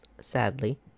Sadly